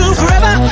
forever